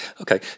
okay